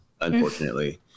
unfortunately